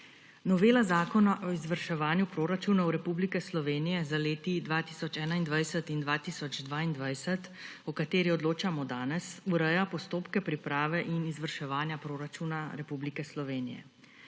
Novela Zakona o izvrševanju proračunov Republike Slovenije za leti 2021 in 2022, o katerih odločamo danes, ureja postopke priprave in izvrševanja proračuna Republike Slovenije.